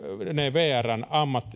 vrn